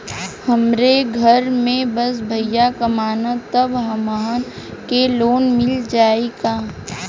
हमरे घर में बस भईया कमान तब हमहन के लोन मिल जाई का?